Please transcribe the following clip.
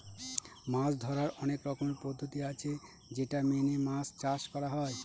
মাছ ধরার অনেক রকমের পদ্ধতি আছে যেটা মেনে মাছ চাষ করা হয়